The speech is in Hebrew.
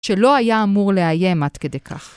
‫שלא היה אמור לאיים עד כדי כך.